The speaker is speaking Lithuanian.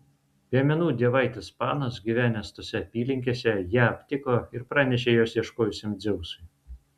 piemenų dievaitis panas gyvenęs tose apylinkėse ją aptiko ir pranešė jos ieškojusiam dzeusui